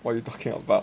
what you talking about